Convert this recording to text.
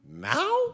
now